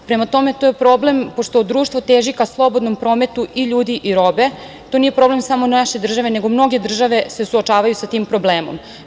Prema tome, to je problem, pošto društvo teži ka slobodnom prometu i ljudi i robe, to nije problem samo naše države, nego mnoge države se suočavaju sa tim problemom.